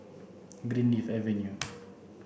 Greenleaf Avenue